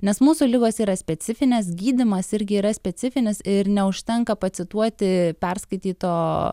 nes mūsų ligos yra specifinės gydymas irgi yra specifinis ir neužtenka pacituoti perskaityto